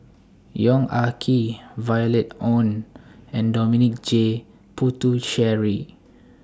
Yong Ah Kee Violet Oon and Dominic J Puthucheary